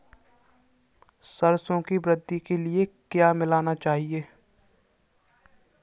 सरसों की वृद्धि के लिए क्या मिलाना चाहिए?